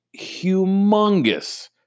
humongous